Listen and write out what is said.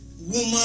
woman